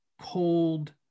cold